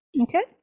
Okay